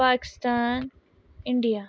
Pakistan India